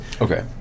Okay